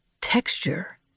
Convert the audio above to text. Texture